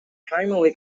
primarily